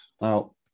Now